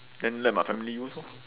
then let my family use orh